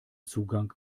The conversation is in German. zugang